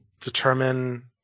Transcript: Determine